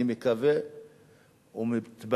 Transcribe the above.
אני מקווה ומתפלל,